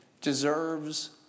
deserves